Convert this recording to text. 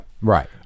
Right